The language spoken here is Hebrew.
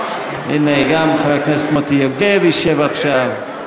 הנה, גם חבר הכנסת מוטי יוגב ישב עכשיו.